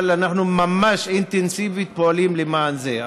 אבל אנחנו ממש פועלים אינטנסיבית למען זה.